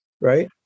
right